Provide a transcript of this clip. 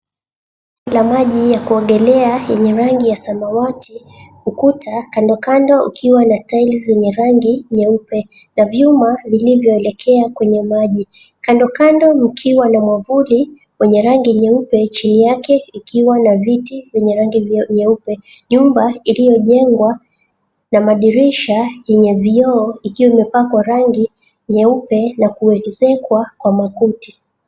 La maji ya kuogelea yenye rangi ya samawati. Ukuta kandokando ukiwa na tiles zenye rangi nyeupe. Na vyuma vilivyoelekea kwenye maji, kandokando mkiwa na mwavuli wenye rangi nyeupe chini yake ikiwa na viti vyenye rangi nyeupe. Nyumba iliyojengwa na madirisha yenye vioo ikiwa imepakwa rangi nyeupe na kuwekezekwa kwa makuti.